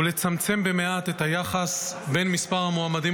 ולצמצם במעט את היחס בין מספר המועמדים